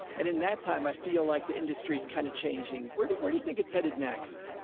and in that time i feel like the industry's kind of changing. where did, where do you think it's headed next?